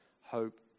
hope